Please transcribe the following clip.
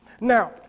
Now